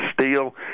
steel